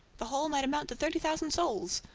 the whole might amount to thirty thousand souls.